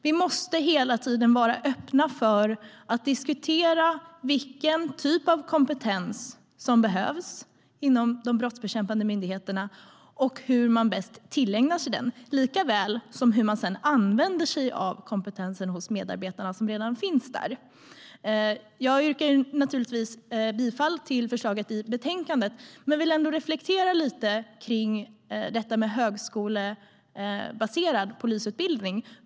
Vi måste hela tiden vara öppna för att diskutera vilken typ av kompetens som behövs inom de brottsbekämpande myndigheterna och hur man bäst tillägnar sig den, likaväl som hur man sedan använder sig av den kompetens bland medarbetarna som redan finns där. Jag yrkar naturligtvis bifall till förslaget i betänkandet men vill ändå reflektera lite kring detta med en högskolebaserad polisutbildning.